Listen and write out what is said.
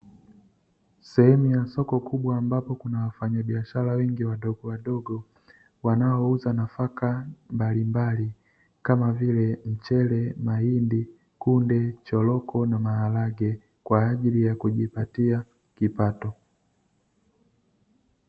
Sehemu ya soko kubwa, ambapo kuna wafanyabiashara wengi wadogowadogo wanaouza nafaka mbalimbali, kama vile mchele, mahindi, kunde, choroko na maharage, kwa ajili ya kujipatia kipato.